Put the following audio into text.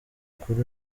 ukuri